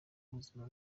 ubuzima